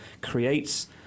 creates